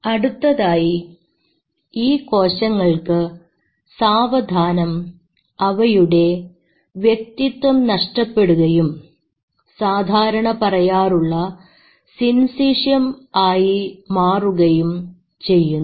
അടുത്തതായി ഈ കോശങ്ങൾക്ക് സാവധാനം അവയുടെ വ്യക്തിത്വം നഷ്ടപ്പെടുകയും സാധാരണ പറയാറുള്ള സിൻസിഷ്യം ആയി മാറുകയും ചെയ്യുന്നു